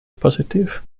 positive